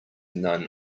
none